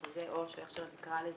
או איך שלא תקרא לזה,